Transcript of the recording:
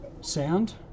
sound